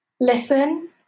Listen